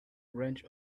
wrench